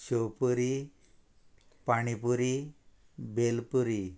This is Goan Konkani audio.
शेवपुरी पाणीपुरी बेलपुरी